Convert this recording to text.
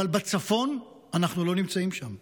בצפון אנחנו לא נמצאים שם.